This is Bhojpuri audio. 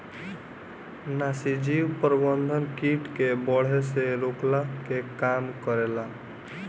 नाशीजीव प्रबंधन किट के बढ़े से रोकला के काम करेला